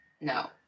no